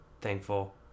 thankful